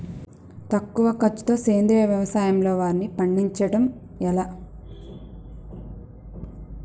తక్కువ ఖర్చుతో సేంద్రీయ వ్యవసాయంలో వారిని పండించడం ఎలా?